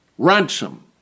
Ransom